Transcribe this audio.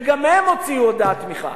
וגם הם הוציאו הודעת תמיכה,